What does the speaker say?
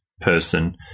person